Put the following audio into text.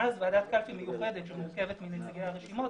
ואז ועדת קלפי מיוחדת שמורכבת מנציגי הרשימות